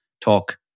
talk